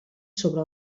sobre